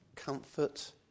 comfort